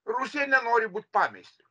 rusija nenori būt pameistriu